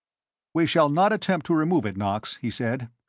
we shall not attempt to remove it, knox, he said.